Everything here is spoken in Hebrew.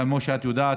כמו שאת יודעת,